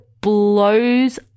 blows